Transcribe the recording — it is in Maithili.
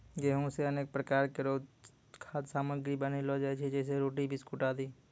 गेंहू सें अनेक प्रकार केरो खाद्य सामग्री बनैलो जाय छै जैसें रोटी, बिस्कुट आदि